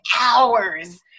hours